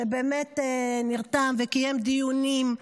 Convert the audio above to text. שבאמת נרתם וקיים דיונים.